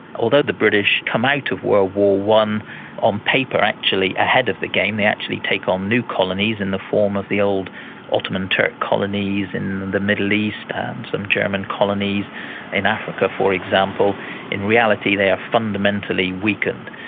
although the british come out of world war i on paper actually ahead of the game they actually take on new colonies in the form of the old ottoman turk colonies in the middle east and some german colonies in africa, for example in reality they are fundamentally weakened.